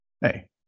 hey